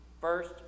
First